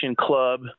club